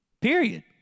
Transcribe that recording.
Period